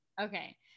Okay